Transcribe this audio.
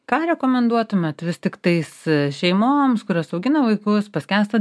ką rekomenduotumėt vis tiktais šeimoms kurios augina vaikus paskęsta